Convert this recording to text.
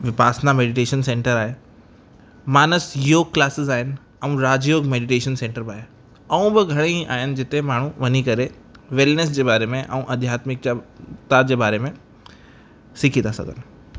Vipassana meditation centre आहे Manas Yoga classes आहिनि ऐं राजयोग मेडिटेशन सेंटर बि आहिनि ऐं बि घणी आहिनि जिते माण्हू वञी करे वेलनेस जे बारे में ऐं आध्यात्मिकता जे बारे में सिखी था सघनि